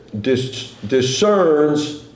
discerns